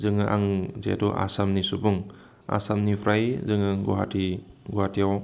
जोङो आं जिहेथु आसामनि सुबुं आसामनिफ्राय जोङो गुवाहाटि गुवाहाटियाव